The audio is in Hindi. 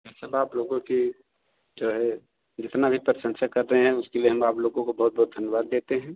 यह सब आप लोगों की जो है जितना भी प्रशंसा करते हैं उसके लिए हम आप लोगों को बहुत बहुत धन्यवाद देते हैं